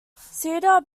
cedar